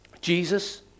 Jesus